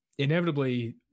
Inevitably